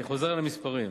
אני חוזר למספרים.